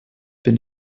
bin